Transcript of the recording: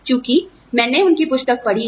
चूंकि मैंने उनकी पुस्तक पढ़ी है